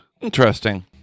Interesting